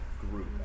group